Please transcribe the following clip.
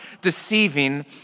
deceiving